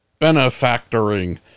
benefactoring